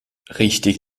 richtig